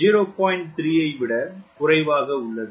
3 ஐ விடக் குறைவாக உள்ளது